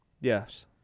Yes